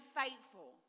faithful